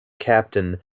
captain